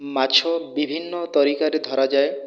ମାଛ ବିଭିନ୍ନ ତରିକାରେ ଧରାଯାଏ